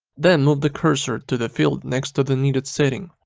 then move the cursor to the field next to the needed setting,